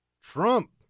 Trump